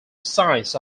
signs